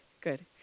good